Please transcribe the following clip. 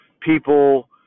people